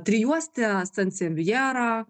trijuostę sansevjerą